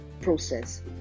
process